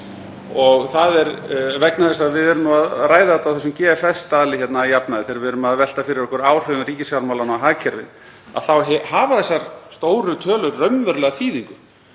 og það er vegna þess að við erum að ræða þetta hérna á þessum GFS-staðli að jafnaði. Þegar við erum að velta fyrir okkur áhrifum ríkisfjármálanna á hagkerfið þá hafa þessar stóru tölur raunverulega þýðingu.